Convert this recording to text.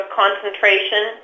concentration